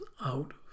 out